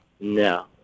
No